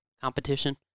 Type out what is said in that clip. competition